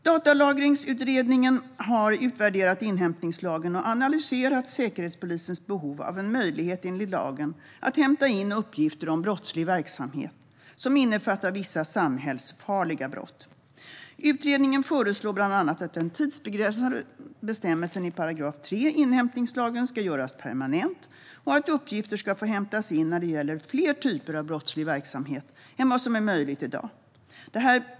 Datalagringsutredningen har utvärderat inhämtningslagen och analyserat Säkerhetspolisens behov av en möjlighet enligt lagen att hämta in uppgifter om brottslig verksamhet som innefattar vissa samhällsfarliga brott. Utredningen föreslår bland annat att den tidsbegränsade bestämmelsen i 3 § inhämtningslagen ska göras permanent och att uppgifter ska få hämtas in när det gäller fler typer av brottslig verksamhet än vad som är möjligt i dag.